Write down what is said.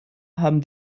haben